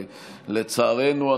לצערנו,